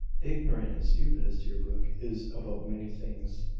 ignorant and stupid as deerbrook is about many things,